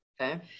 Okay